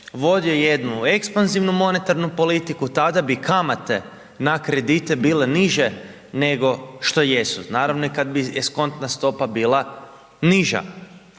vodio jednu ekspanzivnu monetarnu politiku, tada bi kamate na kredite bile niže nego što jesu. Naravno i kad bi eskontna stopa bila niža.